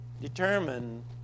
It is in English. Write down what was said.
determined